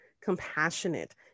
compassionate